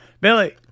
Billy